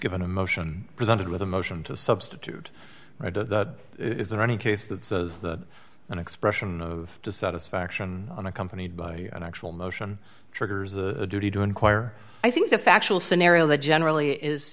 given a motion presented with a motion to substitute is there any case that says that an expression of dissatisfaction on accompanied by an actual motion triggers a duty to inquire i think the factual scenario that generally is